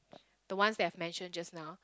the ones that I have mention just now